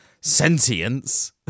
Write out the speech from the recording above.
sentience